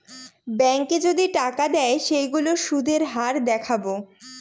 ব্যাঙ্কে যদি টাকা দেয় সেইগুলোর সুধের হার দেখাবো